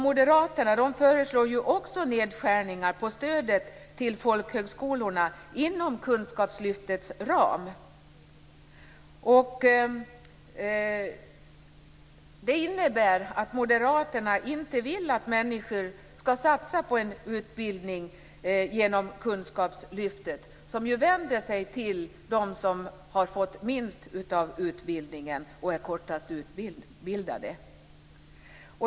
Moderaterna föreslår ju också nedskärningar i stödet till folkhögskolorna inom kunskapslyftets ram. Det innebär att Moderaterna inte vill att människor skall satsa på en utbildning genom kunskapslyftet, som ju vänder sig till dem som har fått lägst och kortast utbildning.